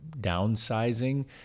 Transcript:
downsizing